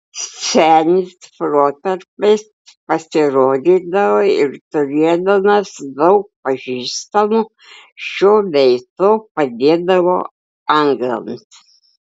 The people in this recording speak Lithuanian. senis protarpiais pasirodydavo ir turėdamas daug pažįstamų šiuo bei tuo padėdavo anglams